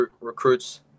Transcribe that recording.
recruits